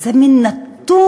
וזה מין נתון